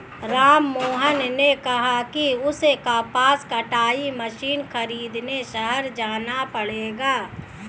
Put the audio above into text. राममोहन ने कहा कि उसे कपास कटाई मशीन खरीदने शहर जाना पड़ेगा